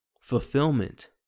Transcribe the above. fulfillment